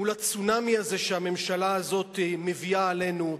מול הצונאמי הזה שהממשלה הזאת מביאה עלינו,